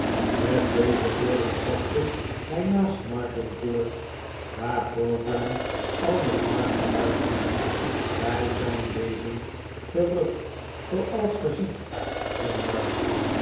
met deze woorden stapte hij naast martin voort daar pogram al mat mark vooruit ging wij zijn levend terug zooals ge ziet zei mark